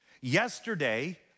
Yesterday